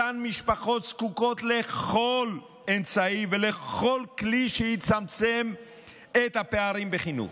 אותן משפחות זקוקות לכל אמצעי ולכל כלי שיצמצם את הפערים בחינוך.